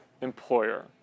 employer